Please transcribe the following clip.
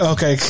Okay